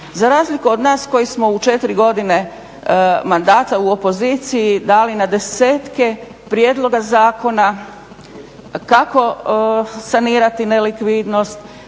za razliku od nas koji smo u četiri godine mandata u opoziciji dali na desetke prijedloga zakona kako sanirati nelikvidnost,